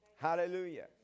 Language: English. Hallelujah